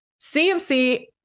CMC